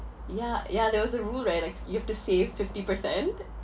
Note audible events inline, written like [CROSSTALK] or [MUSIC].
ya ya there was a rule right right you have to save fifty percent [LAUGHS]